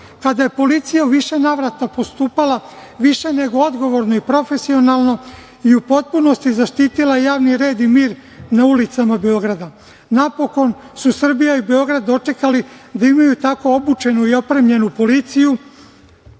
kada je policija u više navrata postupala više nego odgovorno i profesionalno i u potpunosti zaštitila javni red i mir na ulicama Beograda. Napokon su Srbija i Beograd dočekali da imaju tako obučenu i opremljenu policiju